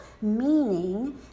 meaning